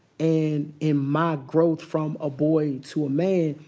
and in my growth from a boy to a man,